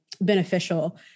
beneficial